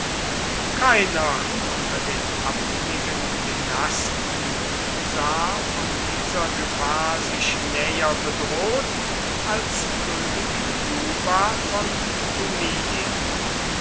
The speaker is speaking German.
keiner unter den abhängigen dynasten sah von dieser gefahr sich näher bedroht als könig juba von